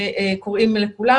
קוראים לכולם,